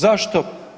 Zašto?